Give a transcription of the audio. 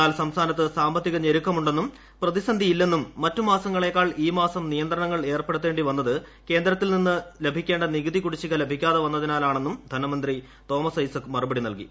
എന്നാൽ സംസ്ഥാനത്ത് സാമ്പത്തിക ഞെരുക്കമുണ്ടെന്നും പ്രതിസന്ധിയില്ലെന്നും മറ്റ് മാസങ്ങളേക്കാൾ ഈ മാസം നിയന്ത്രണങ്ങൾ ഏർപ്പെടുത്തേണ്ടി വന്നത് കേന്ദ്രത്തിൽ നിന്ന് ലഭിക്കേണ്ട നികുതി കുടിശ്ശിക ലഭിക്കാതെ വന്നതിനാലാണെന്നും ധനമുന്ത്രി തോമസ് ഐസക് മറുപടി നൽകി